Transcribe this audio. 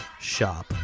shop